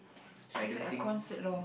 so I don't think